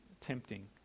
tempting